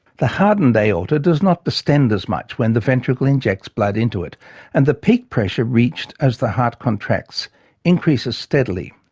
the hardened aorta does not distend as much when the ventricle injects blood into it and the peak pressure reached as the heart contracts increases steadily.